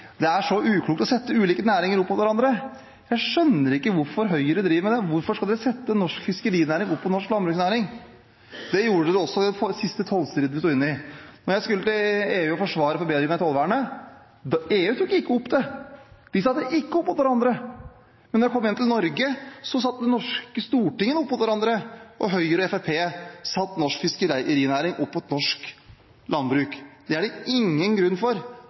Det er så uklokt å sette ulike næringer opp mot hverandre. Jeg skjønner ikke hvorfor Høyre driver med det. Hvorfor skal de sette norsk fiskerinæring opp mot norsk landbruksnæring? Det gjorde de også i den siste tollstriden vi sto i. Da jeg skulle til EU og forsvare forbedringen av tollvernet, tok ikke EU det opp. De satte ikke næringene opp mot hverandre, men da jeg kom hjem til Norge, satte Det norske stortinget dem opp mot hverandre. Høyre og Fremskrittspartiet satte norsk fiskerinæring opp mot norsk landbruk. Det er det ingen grunn